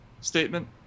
statement